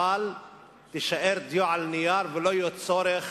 אבל תישאר דיו על נייר ולא יהיה צורך